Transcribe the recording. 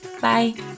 Bye